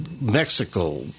Mexico